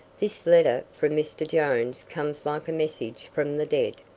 this letter from mr. jones comes like a message from the dead.